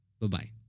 Bye-bye